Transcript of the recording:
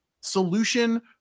solution